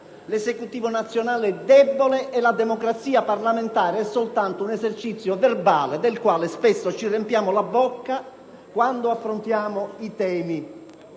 l'Esecutivo nazionale è debole e la democrazia parlamentare è soltanto un esercizio verbale del quale spesso ci riempiamo la bocca quando affrontiamo i temi